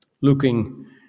looking